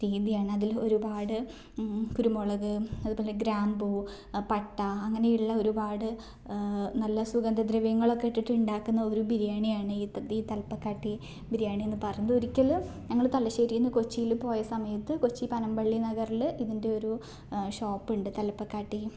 രീതിയാണ് അതിൽ ഒരുപാട് കുരുമുളക് അത്പോലെ ഗ്രാമ്പൂ പട്ട അങ്ങനെയുള്ള ഒരുപാട് നല്ല സുഗന്ധദ്രവ്യങ്ങളൊക്കെ ഇട്ടിട്ട് ഉണ്ടാക്കുന്ന ഒരു ബിരിയാണിയാണ് ഈ ത ഈ തലപ്പക്കാട്ടി ബിരിയാണി എന്ന് പറഞ്ഞത് ഒരിക്കലും ഞങ്ങൾ തലശ്ശേരീന്ന് കൊച്ചിയിൽ പോയ സമയത്ത് കൊച്ചി പനമ്പള്ളി നഗർൽ ഇതിൻ്റെ ഒരു ഷോപ്പുണ്ട് തലപ്പക്കാട്ടി